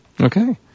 Okay